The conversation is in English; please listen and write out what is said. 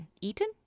Eaten